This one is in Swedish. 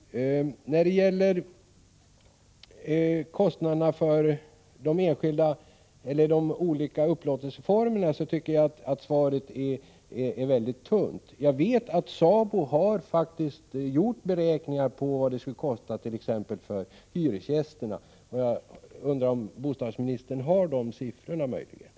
När det gäller kostnaderna för de boende i olika upplåtelseformer tycker jag att svaret är mycket tunt. Jag vet att SABO har gjort beräkningar av vad räntehöjningen kommer att kosta för t.ex. hyresgästerna. Har bostadsministern möjligen dessa siffror?